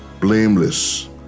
blameless